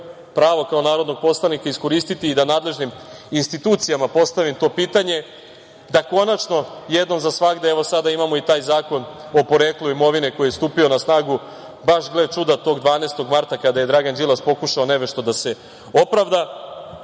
pravo kao narodni poslanik iskoristiti i da nadležnim institucijama postavim to pitanje da konačno jednom za svagda, evo sada imamo i taj Zakon o poreklu imovine koji je stupio na snagu baš gle čuda tog 12. marta, kada je Dragan Đilas pokušao nevešto da se opravda,